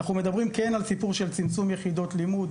אנחנו מדברים על סיפור של צמצום יחידות לימוד,